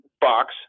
box